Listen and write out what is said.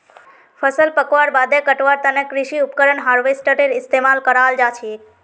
फसल पकवार बादे कटवार तने कृषि उपकरण हार्वेस्टरेर इस्तेमाल कराल जाछेक